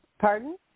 Pardon